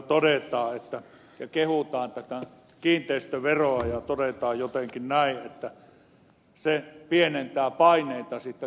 siellä kehutaan tätä kiinteistöveroa ja todetaan jotenkin näin että se pienentää paineita tuloverotuksen suuntaan